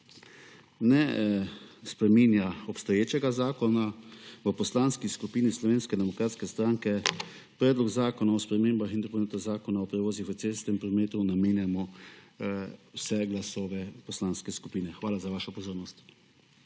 ne spreminja obstoječega zakona, v Poslanski skupini Slovenske demokratske stranke, Predlogu zakona o spremembah in dopolnitvah Zakona o prevozih v cestnem prometu namenjamo vse glasove poslanske skupine. Hvala za vašo pozornost.